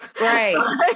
Right